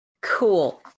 cool